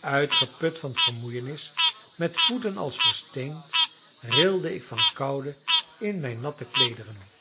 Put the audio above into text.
uitgeput van vermoeienis met voeten als versteend rilde ik van koude in mijn natte kleederen